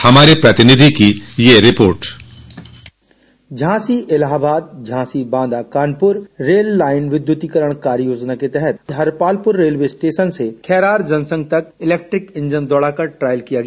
हमारे प्रतिनिधि की एक report Jhansi Allahabad Jhansi Banda Kanpur rail line के विद्युतीकरण कार्य योजना के तहत हरपालपुर रेलवे स्टेशन से खैरार जंक्शन तक इलेक्ट्रिक इंजन दौड़ाकर ट्रॉयल किया गया